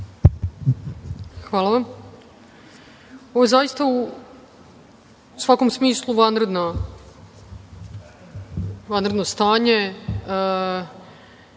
Brnabić** Ovo je zaista u svakom smislu vanredno stanje.